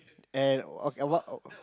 and